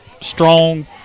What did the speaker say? strong